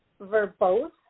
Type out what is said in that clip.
verbose